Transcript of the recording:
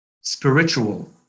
spiritual